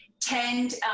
tend